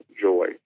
joy